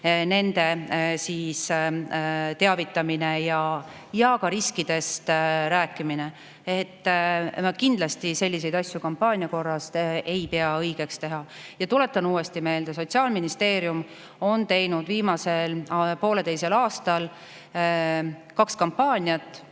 Nende teavitamine ja ka riskidest rääkimine [käib teisiti]. Ma kindlasti selliseid asju kampaania korras ei pea õigeks teha. Tuletan uuesti meelde: Sotsiaalministeerium on teinud viimasel poolteisel aastal kaks kampaaniat.